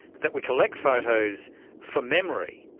that we collect photos for memory,